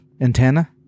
Antenna